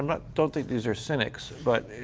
but don't think these are cynics. but